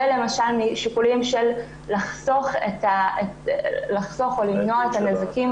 ולמשל משיקולים של לחסוך או למנוע את הנזקים